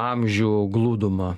amžių glūdumą